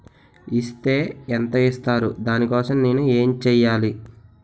Is తే ఎంత ఇస్తారు దాని కోసం నేను ఎంచ్యేయాలి?